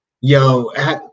Yo